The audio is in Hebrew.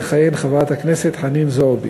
תכהן חברת הכנסת חנין זועבי.